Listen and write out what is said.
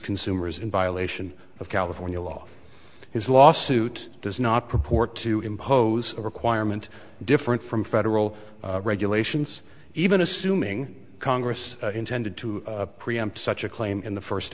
consumers in violation of california law his lawsuit does not proport to impose a requirement different from federal regulations even assuming congress intended to preempt such a claim in the first